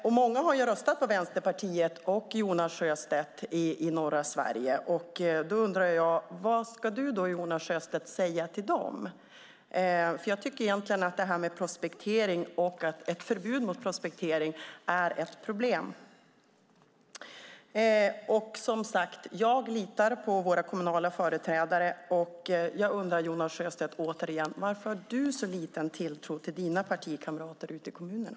Många i norra Sverige har röstat på Vänsterpartiet och Jonas Sjöstedt, så jag undrar vad du, Jonas Sjöstedt, ska säga till dessa människor. Jag tycker att det här med prospektering och ett förbud mot prospektering egentligen är ett problem. Som sagt: Jag litar på våra kommunala företrädare men undrar återigen: Varför har du, Jonas Sjöstedt, så liten tilltro till dina partikamrater ute i kommunerna?